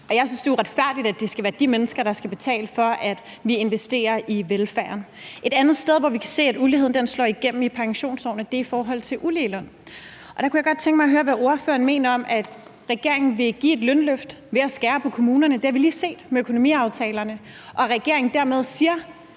og jeg synes, det er uretfærdigt, at det skal være de mennesker, der skal betale for, at vi investerer i velfærden. Et andet sted, hvor vi kan se, at uligheden slår igennem i pensionsårene, er i forhold til uligeløn, og der kunne jeg godt tænke mig at høre, hvad ordføreren mener om, at regeringen vil give et lønløft ved at skære på kommunerne – det har vi lige set med økonomiaftalerne – og at regeringen dermed siger